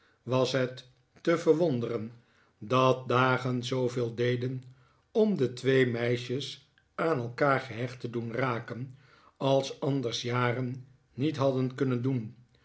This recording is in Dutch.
was het te verwonderen dat dagen zooveel deden om de twee meisjes aan elkaar gehecht te doen raken als anders jaren niet hadden kunnen doen